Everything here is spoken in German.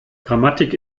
grammatik